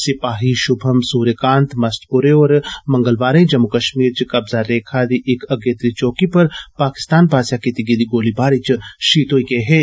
सिपाही शुभम सूर्यकांत मसंतपुरे होर मंगलवार जम्मू कश्मीर च कब्जा रेखा दी इक अगेतरी चौकी पर पाकिस्तान आस्सेआ कीर्त गेदी गोलाबारी च शहीद होई गे हे